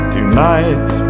Tonight